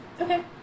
Okay